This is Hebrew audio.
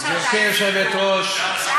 גברתי היושבת-ראש, עוד שעתיים סיפור.